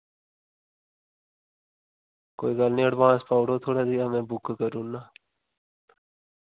कोई गल्ल नी एडवांस पाऊड़ो थोह्ड़े देआ मैं बुक करूना